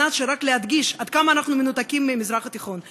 להדגיש עד כמה אנחנו מנותקים מהמזרח התיכון.